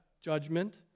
judgment